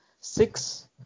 six